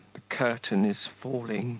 the curtain is falling